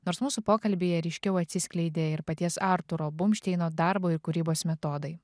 nors mūsų pokalbyje ryškiau atsiskleidė ir paties arturo bumšteino darbo ir kūrybos metodai